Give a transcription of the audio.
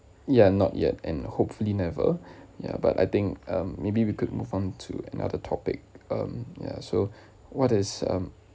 ya not yet and hopefully never ya but I think um maybe we could move on to another topic um ya so what is um